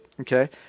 Okay